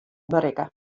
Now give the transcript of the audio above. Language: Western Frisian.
berikke